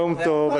יום טוב.